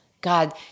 God